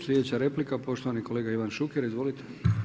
Sljedeća replika poštovani kolega Ivan Šuker, izvolite.